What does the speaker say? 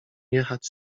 jechać